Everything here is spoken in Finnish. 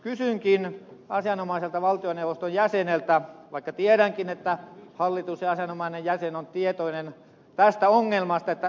kysynkin asianomaiselta valtioneuvoston jäseneltä vaikka tiedänkin että hallitus ja asianomainen jäsen on tietoinen tästä ongelmasta